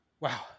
wow